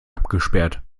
abgesperrt